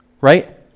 Right